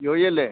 ജോയ് അല്ലേ